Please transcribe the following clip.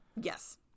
Yes